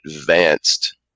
advanced